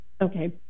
Okay